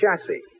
chassis